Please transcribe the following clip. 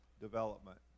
development